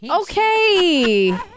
okay